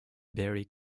barry